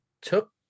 took